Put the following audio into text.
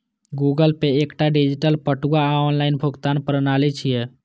Google Pay एकटा डिजिटल बटुआ आ ऑनलाइन भुगतान प्रणाली छियै